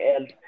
else